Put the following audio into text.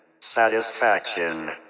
Satisfaction